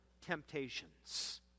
temptations